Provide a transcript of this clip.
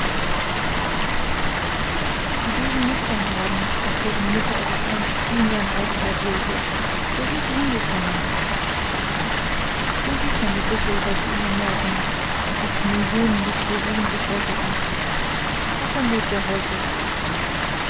die wilden mustangherden aus deren mitte er sich einst kühn sein reitpferd holte wo sind sie hingekommen wo sieht man die büffel welche ihn ernährten als sie zu millionen die prairien bevölkerten wovon lebt er heut